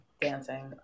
dancing